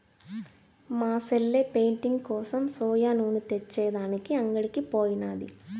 మా సెల్లె పెయింటింగ్ కోసం సోయా నూనె తెచ్చే దానికి అంగడికి పోయినాది